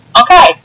Okay